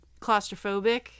claustrophobic